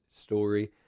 story